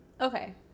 Okay